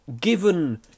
given